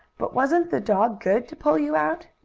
but wasn't the dog good to pull you out?